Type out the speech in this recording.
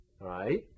right